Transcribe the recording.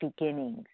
beginnings